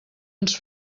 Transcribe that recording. ens